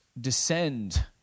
descend